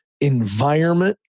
environment